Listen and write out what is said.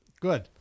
Good